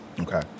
Okay